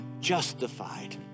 justified